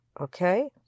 okay